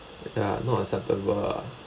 ya not acceptable ah